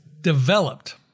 developed